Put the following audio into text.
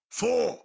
four